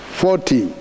forty